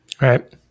right